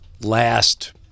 last